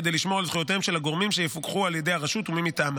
כדי לשמור על זכויותיהם של הגורמים שיפוקחו על ידי הרשות ומי מטעמה.